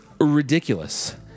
ridiculous